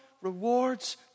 rewards